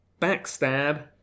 backstab